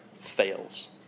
fails